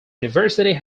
university